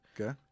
Okay